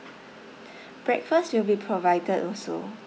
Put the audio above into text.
breakfast will be provided also